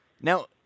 Now